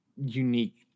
unique